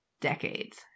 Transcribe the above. decades